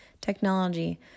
technology